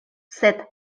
sed